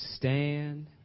Stand